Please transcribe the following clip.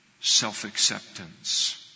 self-acceptance